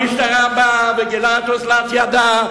המשטרה באה וגילתה את אוזלת ידה,